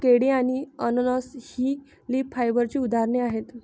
केळी आणि अननस ही लीफ फायबरची उदाहरणे आहेत